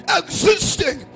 existing